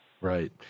Right